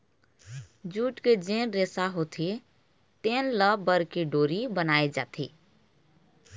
jute के जेन रेसा होथे तेन ल बर के डोरी बनाए जाथे